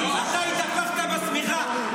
אתה התהפכת בשמיכה,